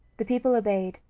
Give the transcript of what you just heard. the people obeyed,